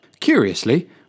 Curiously